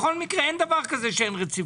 בכל מקרה אין דבר כזה שאין רציפות,